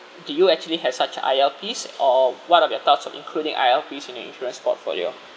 do you actually have such I_L_Ps or what are your thoughts of including I_L_Ps in your insurance portfolio